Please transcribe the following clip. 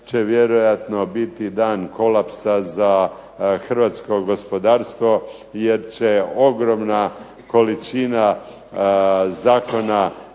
će vjerojatno biti dan kolapsa za hrvatsko gospodarstvo jer će ogromna količina zakona